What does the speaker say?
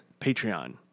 Patreon